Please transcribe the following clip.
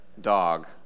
dog